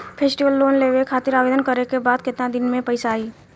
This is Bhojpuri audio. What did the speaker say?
फेस्टीवल लोन लेवे खातिर आवेदन करे क बाद केतना दिन म पइसा आई?